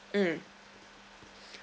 mmhmm